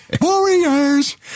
Warriors